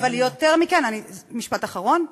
משפט אחרון,